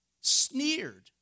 sneered